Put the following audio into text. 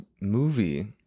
movie